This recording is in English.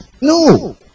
No